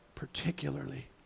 particularly